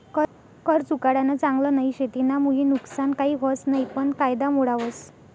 कर चुकाडानं चांगल नई शे, तेनामुये नुकसान काही व्हस नयी पन कायदा मोडावस